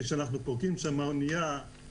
כשאנחנו פורקים שם אונייה,